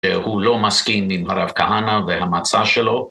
‫שהוא לא מסכים עם הרב כהנא ‫והמצע שלו.